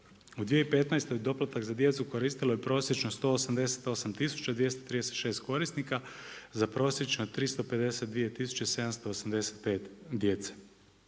U 2015. doplatak za djecu koristilo je prosječno 188236 korisnika za prosječno 352785 djece.